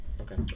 Okay